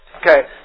Okay